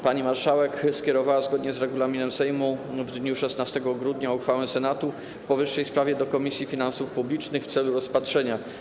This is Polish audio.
Pani marszałek skierowała, zgodnie z regulaminem Sejmu, w dniu 16 grudnia uchwałę Senatu w powyższej sprawie do Komisji Finansów Publicznych w celu rozpatrzenia.